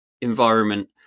environment